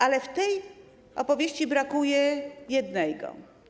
Ale w tej opowieści brakuje jednego.